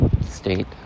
State